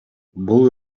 бул